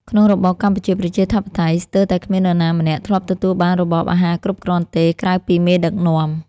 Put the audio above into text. ក្នុងរបបកម្ពុជាប្រជាធិបតេយ្យ ស្ទើរតែគ្មាននរណាម្នាក់ ធ្លាប់ទទួលបានរបបអាហារគ្រប់គ្រាន់ទេ ក្រៅពីមេដឹកនាំ។